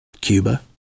Cuba